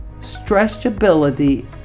stretchability